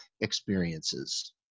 experiences